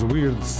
Weird